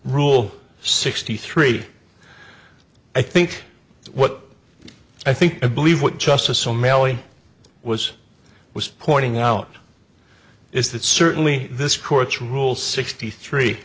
rule sixty three i think what i think i believe what justice o'malley was was pointing out is that certainly this court's rule sixty three